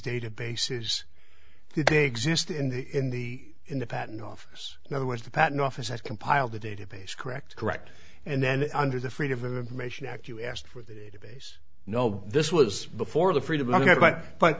databases the day exist in the in the in the patent office now was the patent office that compiled the database correct correct and then under the freedom of information act you asked for the database no this was before the freedom to buy but